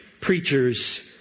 preachers